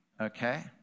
Okay